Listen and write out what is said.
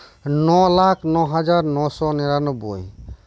ᱱᱚ ᱞᱟᱠᱷ ᱱᱚ ᱦᱟᱡᱟᱨ ᱱᱚᱥᱚ ᱱᱮᱨᱟᱱᱚᱵᱵᱳᱭ